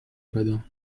badin